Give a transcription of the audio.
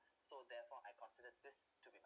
so therefore I considered this to be my